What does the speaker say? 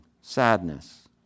sadness